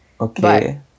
Okay